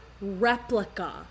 replica